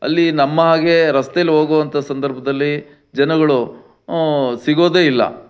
ಅಲ್ಲಿ ನಮ್ಮ ಹಾಗೇ ರಸ್ತೇಲಿ ಹೋಗುವಂಥ ಸಂದರ್ಭದಲ್ಲಿ ಜನಗಳು ಸಿಗೋದೇ ಇಲ್ಲ